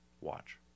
Watch